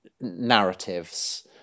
narratives